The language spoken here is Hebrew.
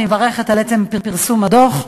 אני מברכת על עצם פרסום הדוח,